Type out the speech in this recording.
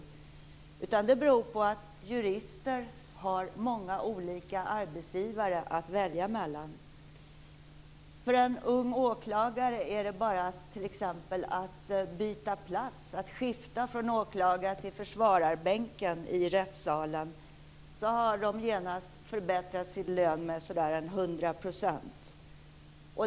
Orsaken är i stället att jurister har många olika arbetsgivare att välja mellan. För en ung åklagare är det t.ex. bara att byta plats, att skifta från åklagar till försvararbänken i rättssalen, så har han eller hon genast förbättrat sin lön med ca 100 %.